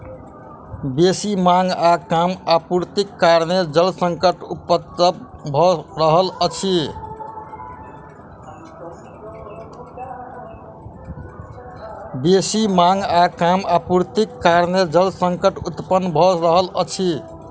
बेसी मांग आ कम आपूर्तिक कारणेँ जल संकट उत्पन्न भ रहल अछि